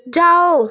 जाओ